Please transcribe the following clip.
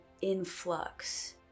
influx